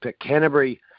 Canterbury